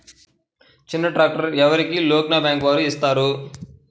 చిన్న ట్రాక్టర్ ఎవరికి లోన్గా బ్యాంక్ వారు ఇస్తారు?